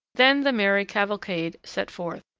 then the merry cavalcade set forth,